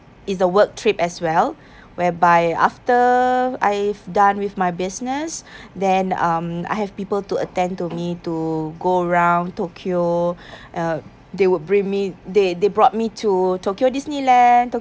it's a work trip as well whereby after I've done with my business then um I have people to attend to me to go around tokyo uh they would bring me they they brought me to tokyo disneyland